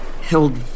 held